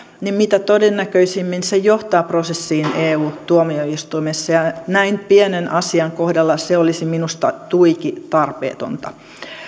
se mitä todennäköisimmin johtaa prosessiin eu tuomioistuimessa ja näin pienen asian kohdalla se olisi minusta tuiki tarpeetonta